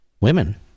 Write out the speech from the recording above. Women